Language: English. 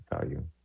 value